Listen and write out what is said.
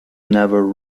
never